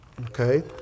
Okay